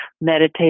meditate